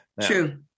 True